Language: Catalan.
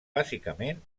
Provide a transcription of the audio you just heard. bàsicament